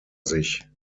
sich